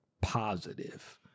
positive